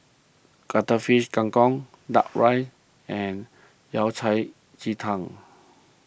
Cuttlefish Kang Kong Duck Rice and Yao Cai Ji Tang